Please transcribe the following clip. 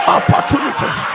Opportunities